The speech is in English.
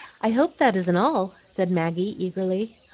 i hope that isn't all? said maggie, eagerly.